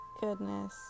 goodness